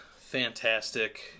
fantastic